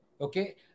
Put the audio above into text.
Okay